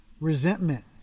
Resentment